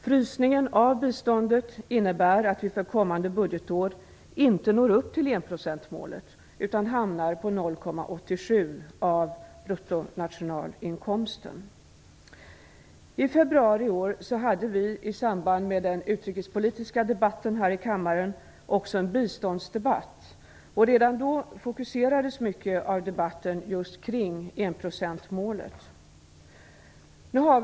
Frysningen av biståndet innebär att vi för kommande budgetår inte når upp till enprocentsmålet utan hamnar på 0,87 I februari i år hade vi i samband med den utrikespolitiska debatten här i kammaren också en biståndsdebatt. Redan då fokuserades mycket i debatten just på enprocentsmålet.